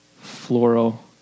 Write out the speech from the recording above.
floral